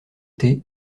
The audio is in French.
thé